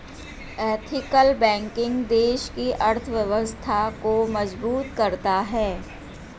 ethical banking देश की अर्थव्यवस्था को मजबूत करता है